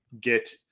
get